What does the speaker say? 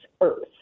earth